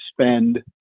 spend